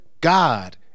God